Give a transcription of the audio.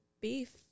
beef